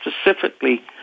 specifically